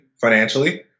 financially